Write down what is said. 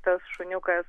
tas šuniukas